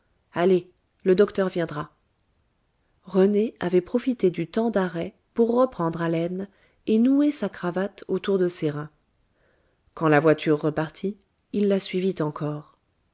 allez le docteur viendra rené avait profité du temps d'arrêt pour reprendre haleine et nouer sa cravate autour de ses reins quand la voiture repartit il la suivit encore